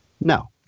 No